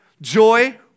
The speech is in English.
joy